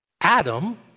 Adam